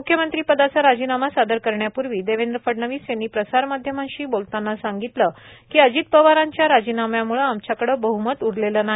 मुख्यमंत्री पदाचा राजीनामा सादर करण्यापूर्वी देवेंद्र फडणवीस यांनी प्रसारमाध्यमांशी बोलताना सांगितलं की अजित पवारांच्या राजीनाम्यामुळं आमच्याकडं बद्दमत उरलेलं नाही